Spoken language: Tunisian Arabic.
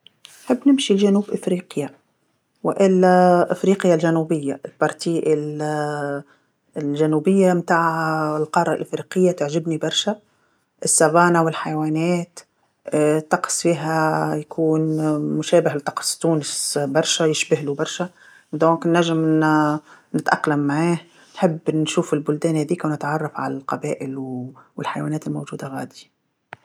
نحب نمشي لجنوب إفريقيا وإلا إفريقيا الجنوبيه، الجزء الجنوبيه تاع الجنوبيه تاع القاره الإفريقيه تعجبني برشا، السافانا والحيوانات الطقس فيها يكون مشابه لطقس تونس برشا يشبهلو برشا، إذن نجم نتأقلم معاه، نحب نشوف البلدان هاذيك ونتعرف على القبائل والحيوانات الموجوده غادي